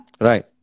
Right